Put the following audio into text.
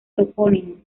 topónimo